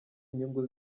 inyungu